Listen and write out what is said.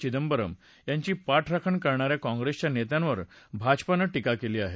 चिंदबरम यांची पाठराखण करणाऱ्या काँग्रेसच्या नेत्यांवर भाजपानं टीका केली आहे